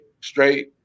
straight